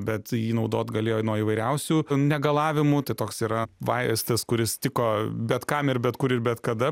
bet jį naudot galėjo nuo įvairiausių negalavimų tai toks yra vaistas kuris tiko bet kam ir bet kur ir bet kada